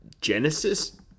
genesis